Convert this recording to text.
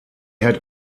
had